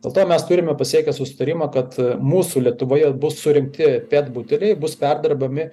dėl to mes turime pasiekę susitarimą kad mūsų lietuvoje bus surinkti pet buteliai bus perdirbami